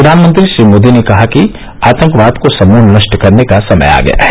प्रधानमंत्री श्री मोदी ने कहा कि आतंकवाद को समूल नष्ट करने का समय आ गया है